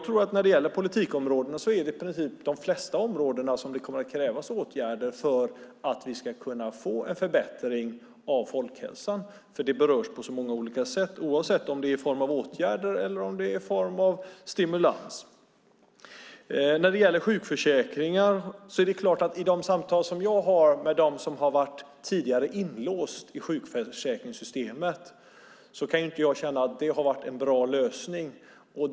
När det gäller politikområdena är det i princip på de flesta områden det kommer att krävas åtgärder för att vi ska kunna få en förbättring av folkhälsan. Den berörs på många olika sätt, oavsett om det är i form av åtgärder eller i form av stimulans. Beträffande sjukförsäkringar vill jag säga att jag haft samtal med personer som tidigare varit inlåsta i sjukförsäkringssystemet. Jag kan inte säga att det har varit en bra lösning.